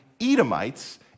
Edomites